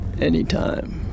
Anytime